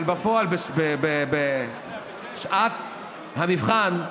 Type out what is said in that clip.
אבל בפועל, בשעת המבחן,